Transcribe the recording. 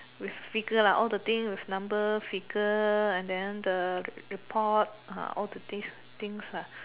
with figure lah all the thing with number figure and then the report uh all the thing things lah